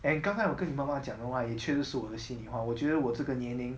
then 刚才我跟你妈妈讲的话也却是我的心里话我觉得我这个年龄